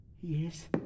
Yes